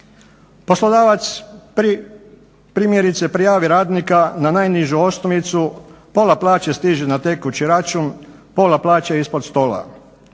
Poslodavac primjerice prijavi radnika na najnižu osnovicu, pola plaće stiže na tekući račun, pola plaće ispod stola.